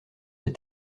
des